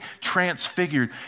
transfigured